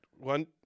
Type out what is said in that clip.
one